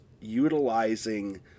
utilizing